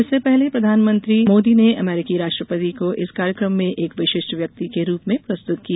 इससे पहले प्रधानमंत्री मोदी ने अमरीकी राष्ट्रपति को इस कार्यक्रम में एक विशिष्ट व्यक्ति के रूप में प्रस्तुत किया